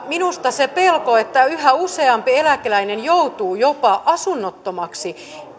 minusta se pelko että yhä useampi eläkeläinen joutuu jopa asunnottomaksi